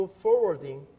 forwarding